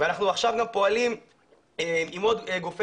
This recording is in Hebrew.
אנחנו עכשיו גם פועלים עם עוד גופי